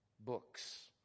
books